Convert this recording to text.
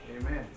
Amen